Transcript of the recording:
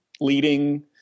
leading